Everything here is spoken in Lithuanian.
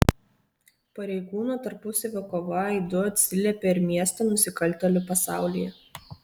pareigūnų tarpusavio kova aidu atsiliepė ir miesto nusikaltėlių pasaulyje